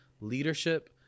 leadership